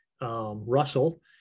Russell